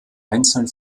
einzeln